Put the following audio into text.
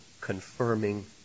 confirming